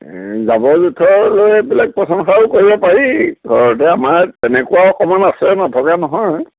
জাবৰ জোথৰ লৈ পেলাই পচন সাৰো কৰিব পাৰি ঘৰতে আমাৰ তেনেকুৱা অকণমান আছে নথকা নহয়